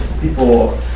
people